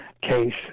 case